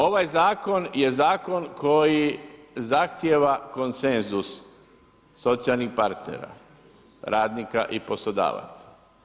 Ovaj zakon je zakon koji zahtijeva koncensus socijalnih partnera, radnika i poslodavaca.